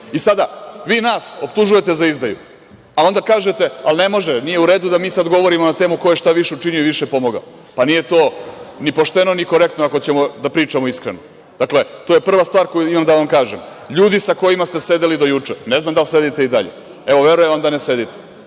glasaju. Sada, vi nas optužujete za izdaju, a onda kažete – ali, ne može, nije u redu da mi sad govorimo na temu ko je šta više učinio i više pomogao. Nije to ni pošteno ni korektno ako ćemo da pričamo iskreno. Dakle, to je prva stvar koju imam da vam kažem. Ljudi sa kojima ste sedeli do juče, ne znam da li sedite i dalje, evo, verujem vam da ne sedite,